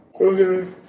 Okay